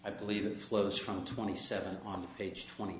i believe it flows from twenty seven off page twenty